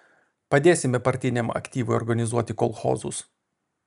padėsime partiniam aktyvui organizuoti kolchozus